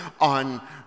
on